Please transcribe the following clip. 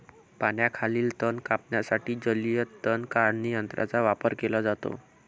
पाण्याखालील तण कापण्यासाठी जलीय तण काढणी यंत्राचा वापर केला जातो